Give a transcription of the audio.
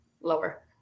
lower